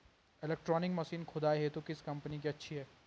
Electronic machine खुदाई हेतु किस कंपनी की अच्छी है?